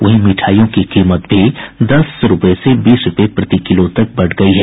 वहीं मिठाईयों की कीमत भी दस रूपये से बीस रूपये प्रति किलो तक बढ़ गई है